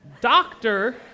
Doctor